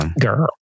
Girl